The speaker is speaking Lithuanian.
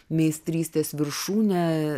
meistrystės viršūnę